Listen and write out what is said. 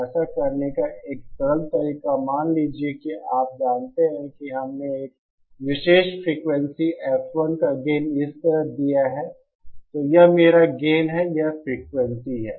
ऐसा करने का एक सरल तरीका मान लीजिए कि आप जानते हैं कि हमने एक विशेष फ़्रीक्वेंसी F1 का गेन इस तरह दिया है तो यह मेरा गेन है यह फ़्रीक्वेंसी है